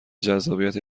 جذابیت